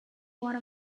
one